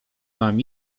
mam